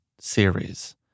series